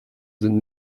sind